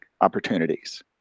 opportunities